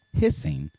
hissing